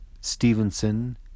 Stevenson